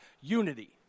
Unity